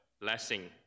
blessing